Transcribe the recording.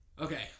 Okay